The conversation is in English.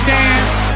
dance